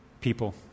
people